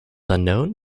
unknown